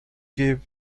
gave